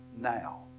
now